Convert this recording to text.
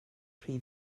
rhy